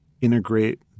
integrate